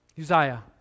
Uzziah